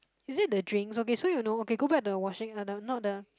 is it the drink so okay so you know okay go back the washing other not the